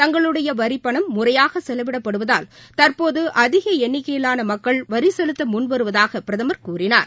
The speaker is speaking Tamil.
தங்களுடைய வரிப்பணம் முறையாக செலவிடப்படுவதால் தற்போது அதிக எண்ணிக்கையிலானமக்கள் வரி செலுத்த முன்வருவதாக பிரதமர் கூறினார்